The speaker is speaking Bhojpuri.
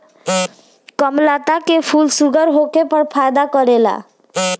कामलता के फूल शुगर होखे पर फायदा करेला